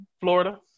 Florida